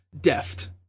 deft